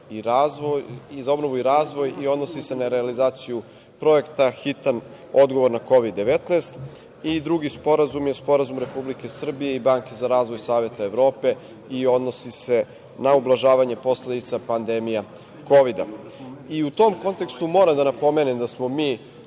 i razvoj i odnosi se na realizaciju projekta „Hitan odgovor na Kovid-19“ i drugi sporazum je sporazum Republike Srbije i Banke za razvoj Saveta Evrope i odnosi se na ublažavanje posledica pandemije Kovida i u tom kontekstu moram da napomenem da smo mi